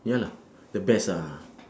ya lah the best lah